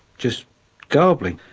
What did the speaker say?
just garbling.